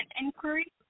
Inquiry